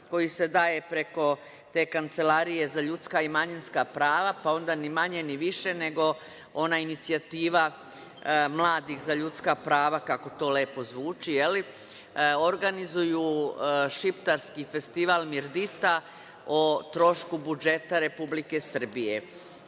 koji se daje preko te Kancelarije za ljudska i manjinska prava, pa onda ni manje, ni više, nego ona inicijativa mladih za ljudska prava, kako to lepo zvuči, organizuju šiptarski festival „Merdita“ o trošku budžeta Republike Srbije. Postoji